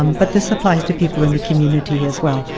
um but this applies to people in the community as well.